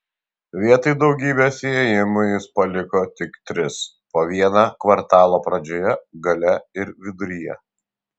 vietoj daugybės įėjimų jis paliko tik tris po vieną kvartalo pradžioje gale ir viduryje